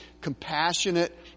compassionate